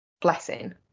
blessing